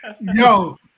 yo